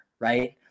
right